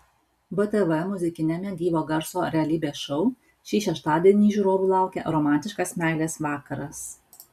btv muzikiniame gyvo garso realybės šou šį šeštadienį žiūrovų laukia romantiškas meilės vakaras